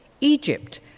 Egypt